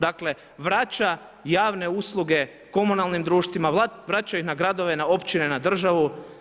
Dakle, vraća javne usluge komunalnim društvima, vraća ih na gradove, općine, na državu.